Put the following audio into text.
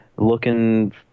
looking